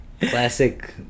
classic